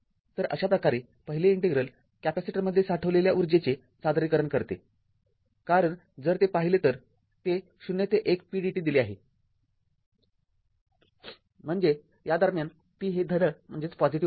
तर अशाप्रकारे पहिले इंटिग्रेल कॅपेसिटरमध्ये साठवलेल्या ऊर्जेचे सादरीकरण करते कारण जर ते पाहिले तर ० ते १ pdt दिले आहे म्हणजे त्या दरम्यान p हे धन आहे